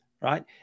Right